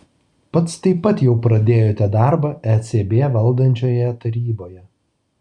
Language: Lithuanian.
pats taip pat jau pradėjote darbą ecb valdančioje taryboje